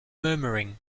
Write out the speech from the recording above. murmuring